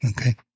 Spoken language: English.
okay